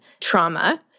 trauma